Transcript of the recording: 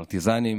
פרטיזנים,